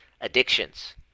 addictions